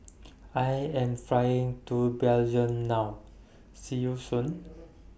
I Am Flying to Belgium now See YOU Soon